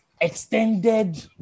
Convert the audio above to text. extended